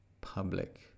public